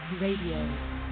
Radio